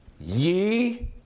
ye